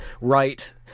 right